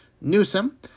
Newsom